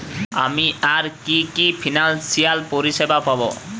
আমি আর কি কি ফিনান্সসিয়াল পরিষেবা পাব?